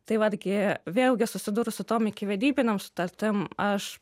tai vat gi vėlgi susidūrus su tom ikivedybinėm sutartim aš